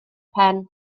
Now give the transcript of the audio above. pen